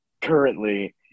currently